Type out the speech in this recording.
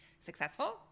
successful